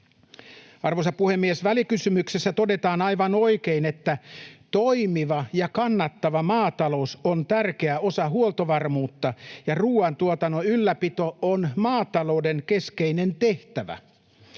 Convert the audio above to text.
Arvoisa puhemies! Välikysymyksessä todetaan aivan oikein, että toimiva ja kannattava maatalous on tärkeä osa huoltovarmuutta, ja ruuantuotannon ylläpito on maatalouden keskeinen tehtävä.